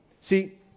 See